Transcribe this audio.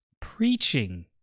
Preaching